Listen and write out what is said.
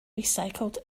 recycled